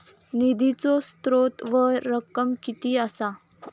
निधीचो स्त्रोत व रक्कम कीती असा?